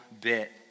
bit